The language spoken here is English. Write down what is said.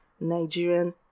Nigerian